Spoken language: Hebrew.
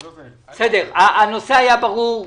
בסדר, הנושא היה ברור.